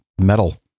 metal